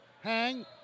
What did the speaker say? Hang